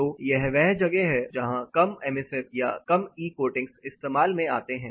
तो यह वह जगह है जहां कम एमिसिव या कम ई कोटिंग्स इस्तेमाल में आते हैं